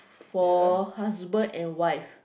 for husband and wife